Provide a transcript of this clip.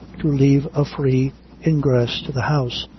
to leave a free ingress to the house,